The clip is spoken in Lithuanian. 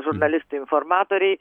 žurnalistai informatoriai